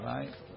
Right